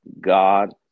God